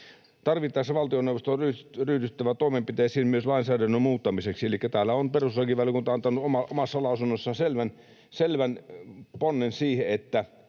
Tarvittaessa valtioneuvoston on ryhdyttävä toimenpiteisiin myös lainsäädännön muuttamiseksi.” Elikkä täällä on perustuslakivaliokunta antanut omassa lausunnossaan selvän ponnen siihen, että